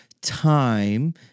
time